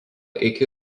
iki